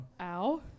Ow